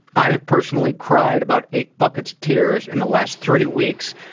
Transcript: i've personally cried about eight buckets of tears in the last three weeks,